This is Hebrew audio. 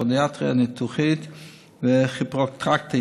פודיאטריה ניתוחית וכירופרקטיקה,